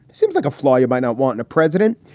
it seems like a flaw you might not want in a president.